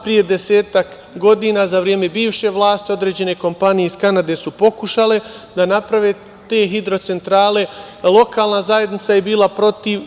Pre desetak godina, za vreme bivše vlasti određene kompanije iz Kanade su pokušale da naprave te hidrocentrale, lokalna zajednica je bila protiv.